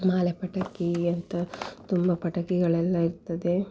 ಮಾಲೆ ಪಟಾಕಿಯಂತ ತುಂಬ ಪಟಾಕಿಗಳೆಲ್ಲಾ ಇರ್ತದೆ